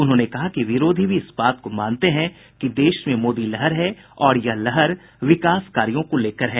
उन्होंने कहा कि विरोधी भी इस बात को मानते हैं कि देश में मोदी लहर है और यह लहर विकास कार्यो को लेकर है